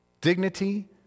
dignity